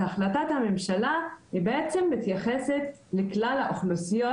אז החלטת הממשלה בעצם מתייחסת לכלל האוכלוסיות,